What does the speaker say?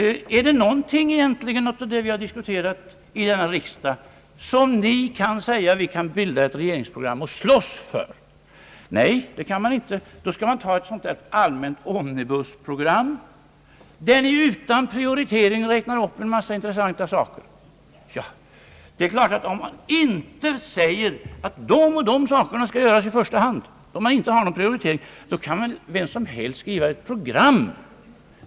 Är det egentligen någonting av det vi diskuterat i denna riksdag om vilket ni kan säga: Vi kan bilda ett regeringsprogram och slåss för det? Nej, det kan man inte! Då skall man ta ett sådant där »omnibusprogram», där ni utan prioritering räknar upp en massa intressanta saker. Det är klart, att om man inte säger, att de och de sakerna skall göras i första hand, då kan vem som helst skriva ett program.